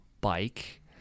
bike